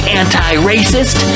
anti-racist